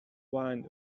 wine